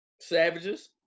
savages